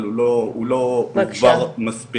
אבל הוא לא דובר מספיק.